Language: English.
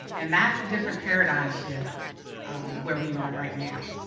and that's different paradigm shift where we are and right now.